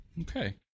Okay